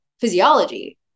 physiology